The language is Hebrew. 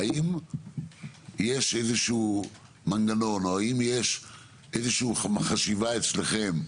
האם יש איזשהו מנגנון או האם יש איזושהי חשיבה אצלכם?